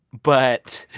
but.